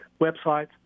websites